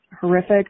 horrific